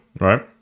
right